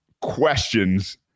questions